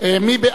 מי בעד?